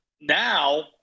now